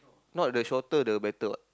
not the shorter the better what